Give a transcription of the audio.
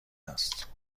است